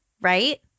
Right